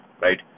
right